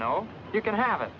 now you can have it